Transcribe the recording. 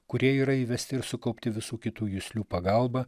kurie yra įvesti ir sukaupti visų kitų juslių pagalba